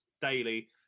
daily